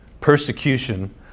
persecution